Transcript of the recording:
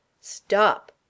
Stop